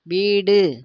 வீடு